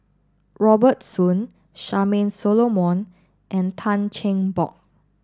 Robert Soon Charmaine Solomon and Tan Cheng Bock